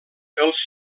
els